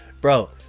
bro